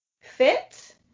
fit